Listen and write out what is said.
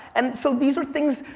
and so these were things,